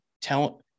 tell